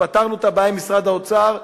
פתרנו את הבעיה עם משרד האוצר.